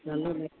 चलो देखते हैं